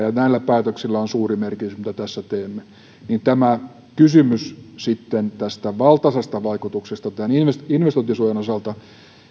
näillä päätöksillä on suuri merkitys mitä tässä teemme niin tämä kysymys sitten tästä valtaisasta vaikutuksesta tämän investointisuojan osalta